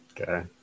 Okay